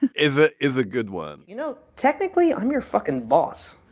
is it is a good one you know technically i'm your fucking boss.